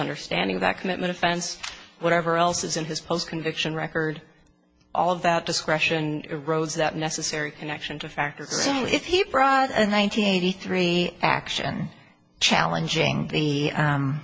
understanding that commitment offense whatever else is in his post conviction record all of that discretion erodes that necessary connection to factors only if he brought on nine hundred eighty three action challenging the